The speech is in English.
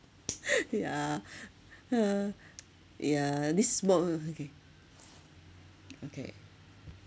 ya !huh! ya this small oh okay okay